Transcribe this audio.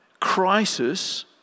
Crisis